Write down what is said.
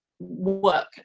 work